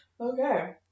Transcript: Okay